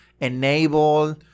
enable